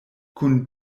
kun